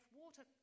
water